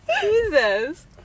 Jesus